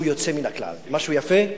משהו יוצא מן הכלל, משהו יפה.